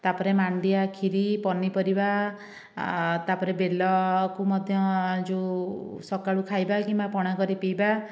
ତାପରେ ମାଣ୍ଡିଆ କ୍ଷିରି ପନିପରିବା ତାପରେ ବେଲକୁ ମଧ୍ୟ ଯେଉଁ ସକାଳୁ ଖାଇବା କିମ୍ବା ପଣା କରି ପିଇବା